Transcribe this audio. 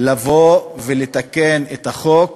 לבוא ולתקן את החוק